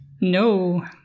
No